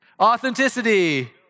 Authenticity